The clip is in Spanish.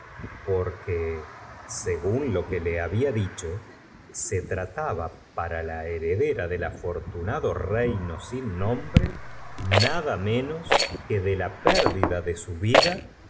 secretarios parlo que le habla dicho se trataba para la ticulaes de legación y debían gracias a l v heredera del afortunado reino sin nom una manera de rascar delicada endulzar bre nada menos que de la pérdida de su vida